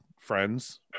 Friends